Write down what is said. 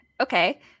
Okay